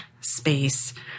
space